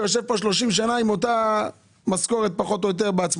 שאתה יושב פה 30 שנה עם אותה משכורת פחות או יותר.